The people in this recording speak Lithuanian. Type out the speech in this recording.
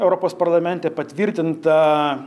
europos parlamente patvirtinta